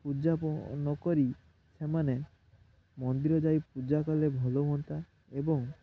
ପୂଜା ନକରି ସେମାନେ ମନ୍ଦିର ଯାଇ ପୂଜା କଲେ ଭଲ ହୁଅନ୍ତା ଏବଂ